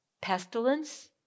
pestilence